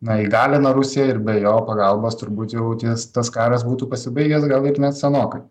na įgalina rusiją ir be jo pagalbos turbūt jau ties tas karas būtų pasibaigęs gal ir net senokai